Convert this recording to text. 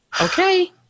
Okay